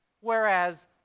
Whereas